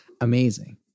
Amazing